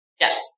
Yes